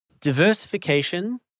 Diversification